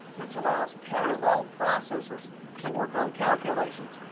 which allows parallel processors to work on calculations.